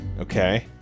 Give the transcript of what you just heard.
Okay